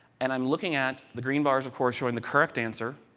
and i am looking at the green bars, of course, showing the correct answer,